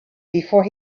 before